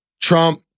Trump